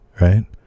right